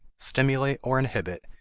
stimulate or inhibit,